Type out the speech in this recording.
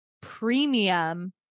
premium